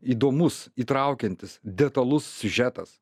įdomus įtraukiantis detalus siužetas